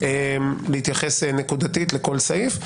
להתייחס נקודתית לכל סעיף.